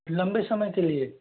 लंबे समय के लिए